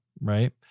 Right